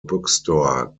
bookstore